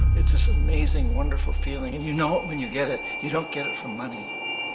it's this amazing wonderful feeling and you know it when you get it. you don't get it from money,